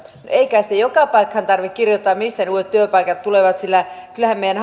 ei kai sitä joka paikkaan tarvitse kirjoittaa mistä ne uudet työpaikat tulevat sillä kyllähän meidän